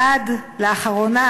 ועד לאחרונה,